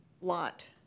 lot